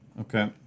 Okay